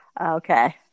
Okay